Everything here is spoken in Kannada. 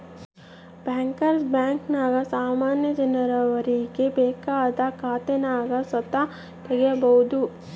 ಬ್ಯಾಂಕರ್ಸ್ ಬ್ಯಾಂಕಿನಾಗ ಸಾಮಾನ್ಯ ಜನರು ಅವರಿಗೆ ಬೇಕಾದ ಖಾತೇನ ಸುತ ತಗೀಬೋದು